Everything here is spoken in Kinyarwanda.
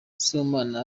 sibomana